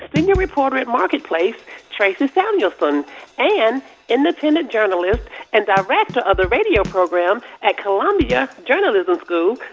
senior reporter at marketplace tracey samuelson and independent journalist and director of the radio program at columbia journalism school,